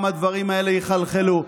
גם הדברים האלה יחלחלו.